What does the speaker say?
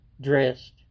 dressed